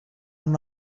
amb